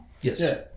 yes